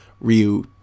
Ryu